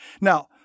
Now